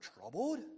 troubled